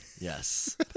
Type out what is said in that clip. Yes